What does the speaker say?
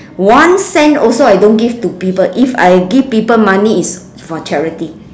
one cent also I don't give to people if I give people money it's for charity